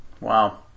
Wow